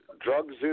drugs